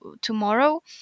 tomorrow